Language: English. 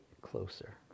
closer